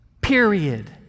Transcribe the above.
period